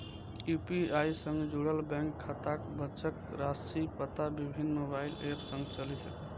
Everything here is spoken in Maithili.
यू.पी.आई सं जुड़ल बैंक खाताक बचत राशिक पता विभिन्न मोबाइल एप सं चलि सकैए